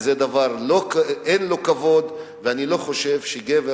וזה דבר שאין בו כבוד, ואני חושב שגבר